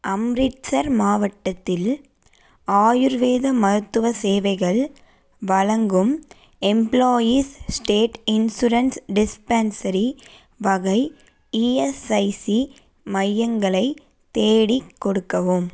அம்ரித்சர் மாவட்டத்தில் ஆயுர்வேத மருத்துவ சேவைகள் வழங்கும் எம்ப்ளாயீஸ் ஸ்டேட் இன்சூரன்ஸ் டிஸ்பென்சரி வகை இஎஸ்ஐசி மையங்களை தேடிக் கொடுக்கவும்